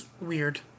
weird